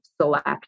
select